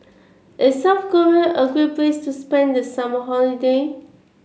is South Korea a great place to spend the summer holiday